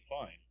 fine